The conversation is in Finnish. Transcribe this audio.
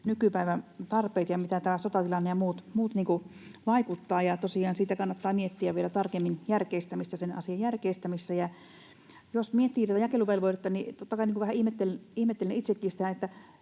nykypäivän tarpeet ja miten tämä sotatilanne ja muut vaikuttavat. Tosiaan kannattaa miettiä vielä tarkemmin sen asian järkeistämistä. Jos miettii tätä jakeluvelvoitetta, niin totta kai vähän ihmettelen itsekin sitä,